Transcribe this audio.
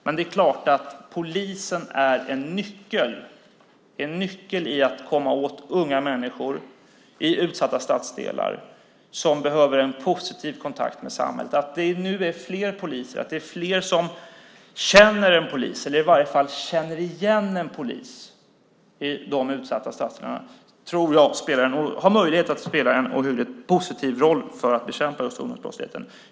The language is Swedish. Men det är klart att polisen är en nyckel när det gäller att komma åt unga människor i utsatta stadsdelar som behöver en positiv kontakt med samhället. Att det nu är fler poliser och fler som känner - i varje fall känner igen - en polis i de utsatta stadsdelarna kan, tror jag, spela en ohyggligt positiv roll när det gäller att bekämpa just ungdomsbrottsligheten.